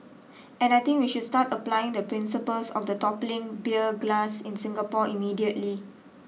and I think we should start applying the principles of the toppling beer glass in Singapore immediately